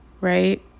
right